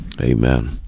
amen